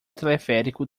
teleférico